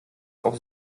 auch